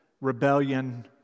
rebellion